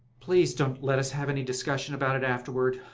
please don't let us have any discussion about it afterward.